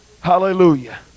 hallelujah